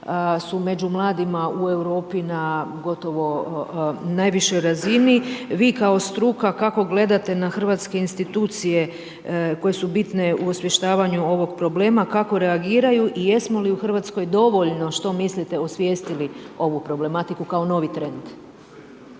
su među mladima u Europi na gotovo najvišoj razini. Vi kao struka, kako gledate na hrvatske institucije koje su bitne u osvještavanju ovog problema, kako reagiraju i jesmo li u RH dovoljno, što mislite, osvijestili ovu problematiku kao novi trend?